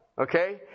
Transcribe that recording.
okay